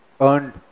earned